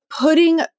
putting